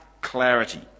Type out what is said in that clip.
clarity